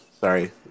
Sorry